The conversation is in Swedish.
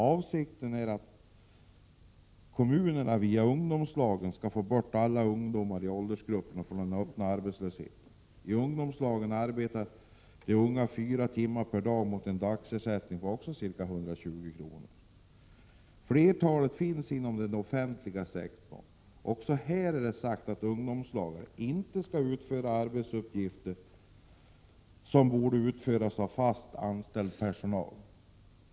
Avsikten är att kommunerna via ungdomslagen skall få bort alla ungdomar i denna åldersgrupp från öppen arbetslöshet. I ungdomslagen arbetar de unga fyra timmar per dag mot en dagsersättning på ca 120 kr. Flertalet finns inom den offentliga sektorn. Också här är det sagt att ”ungdomslagarna” inte skall utföra arbetsuppgifter som borde utföras av fast anställd personel.